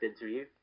interview